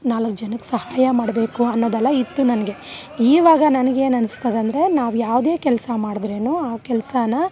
ನಾಲ್ಕು ಜನಕ್ಕೆ ಸಹಾಯ ಮಾಡಬೇಕು ಅನ್ನೋದೆಲ್ಲ ಇತ್ತು ನನಗೆ ಇವಾಗ ನನ್ಗೇನು ಅನಿಸ್ತದೆಂದ್ರೆ ನಾವು ಯಾವುದೇ ಕೆಲಸ ಮಾಡಿದ್ರೇನು ಆ ಕೆಲ್ಸನ್ನು